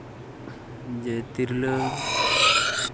ᱡᱮ ᱛᱤᱨᱞᱟᱹ